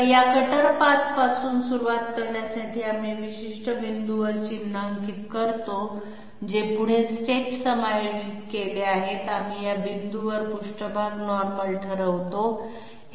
तर या कटर पाथपासून सुरुवात करण्यासाठी आम्ही विशिष्ट बिंदूंवर चिन्हांकित करतो जे पुढे स्टेप्स समायोजित केले आहेत आम्ही या बिंदूंवर पृष्ठभाग नॉर्मल ठरवतो